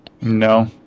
No